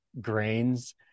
grains